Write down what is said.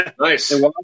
Nice